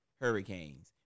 hurricanes